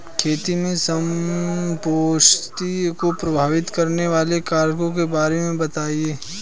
खेती में संपोषणीयता को प्रभावित करने वाले कारकों के बारे में बताइये